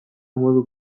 modu